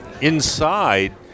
Inside